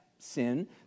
sin